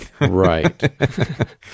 right